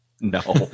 no